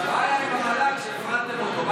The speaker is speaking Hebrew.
מה היה עם המל"ג כשהפרטתם אותו?